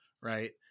right